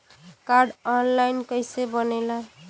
Card online कइसे बनेला?